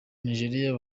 nigeria